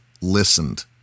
listened